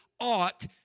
ought